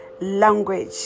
language